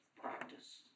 practice